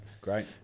Great